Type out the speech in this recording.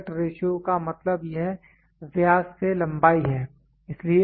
aspect ratio का मतलब यह व्यास से लंबाई है